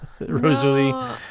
Rosalie